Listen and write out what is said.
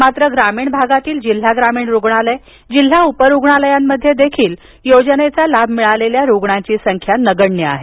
मात्र ग्रामीण भागातील जिल्हा ग्रामीण रुग्णालय जिल्हा उपरुग्णालयांमध्ये देखील योजनेचा लाभ मिळालेल्या रुग्णांची संख्या नगण्य आहे